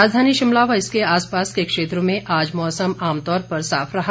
राजधानी शिमला व इसके आसपास के क्षेत्रों में आज मौसम आमतौर पर साफ रहा